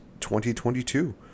2022